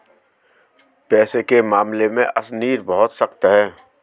पैसे के मामले में अशनीर बहुत सख्त है